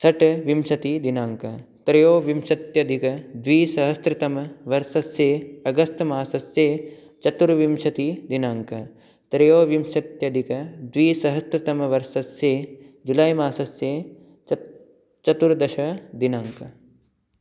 षट् विंशतिदिनाङ्कः त्रयोविंशत्यधिकद्विसहस्त्रतमवर्षस्य अगस्त् मासस्य चतुर्विंशतिदिनाङ्कः त्रयोविंशत्यधिकद्विसहस्त्रतमवर्षस्य जुलै मासस्य चतुर्दशदिनाङ्कः